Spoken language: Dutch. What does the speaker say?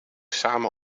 samen